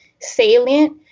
salient